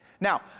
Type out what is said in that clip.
Now